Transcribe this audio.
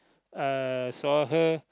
uh saw her